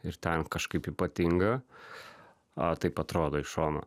ir ten kažkaip ypatinga a taip atrodo iš šono